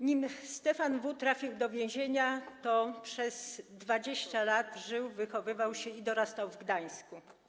Zanim Stefan W. trafił do więzienia, przez 20 lat żył, wychowywał się i dorastał w Gdańsku.